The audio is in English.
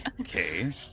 okay